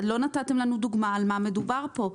לא נתתם לנו דוגמה על מה מדובר כאן.